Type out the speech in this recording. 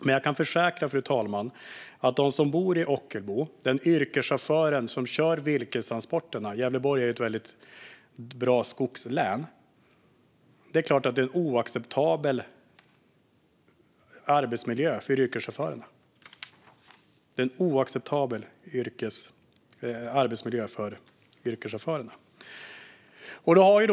Jag kan dock försäkra, fru talman, att den yrkeschaufför i Ockelbo som kör virkestransporterna - Gävleborg är ett väldigt bra skogslän - får en oacceptabel arbetsmiljö.